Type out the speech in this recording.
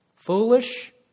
Foolish